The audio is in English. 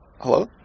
hello